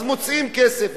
אז מוצאים כסף,